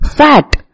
Fat